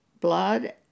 blood